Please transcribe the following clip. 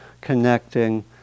connecting